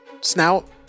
snout